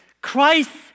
Christ